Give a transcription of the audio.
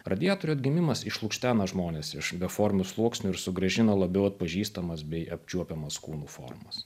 radiatorių atgimimas išlukštena žmones iš beformių sluoksnių ir sugrąžina labiau atpažįstamas bei apčiuopiamas kūnų formas